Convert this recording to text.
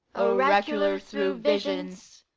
oracular thro' visions,